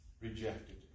rejected